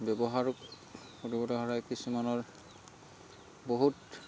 ব্যৱহাৰ কৰিবলৈ হ'লে কিছুমানৰ বহুত